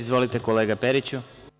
Izvolite kolega Periću.